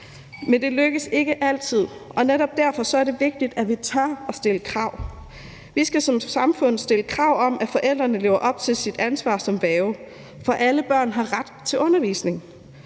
Men det lykkes ikke altid, og netop derfor er det vigtigt, at vi tør stille krav. Vi skal som samfund stille krav om, at forældrene lever op til deres ansvar som værger, for alle børn har ret til undervisning.